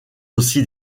aussi